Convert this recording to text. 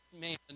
man